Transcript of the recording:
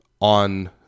on